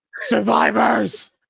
Survivors